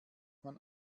man